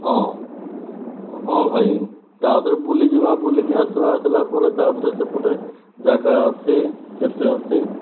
ହଁ ହଁ ଭାଇ ତ ଆଉ ଥରେ ବୁଲିଯିବା ବୁଲିକି ଆସିବା ଆସିଲା ପରେ ତାଥିରେ ସେପଟେ ଯାଗା ଅଛି କେତେ ଅଛି